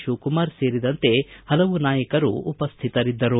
ಶಿವಕುಮಾರ್ ಸೇರಿದಂತೆ ಹಲವು ನಾಯಕರು ಉಪಸ್ಥಿತರಿದ್ದರು